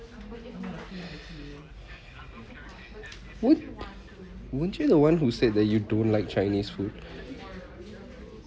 would weren't you the one who said that you don't like chinese food